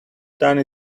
done